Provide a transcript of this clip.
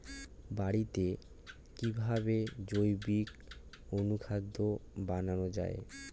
বাড়িতে কিভাবে জৈবিক অনুখাদ্য বানানো যায়?